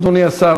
אדוני השר